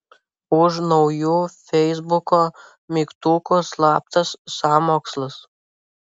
už naujų feisbuko mygtukų slaptas sąmokslas